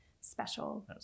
special